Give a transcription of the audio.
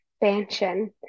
expansion